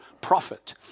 profit